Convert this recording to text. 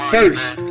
First